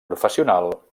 professional